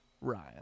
Ryan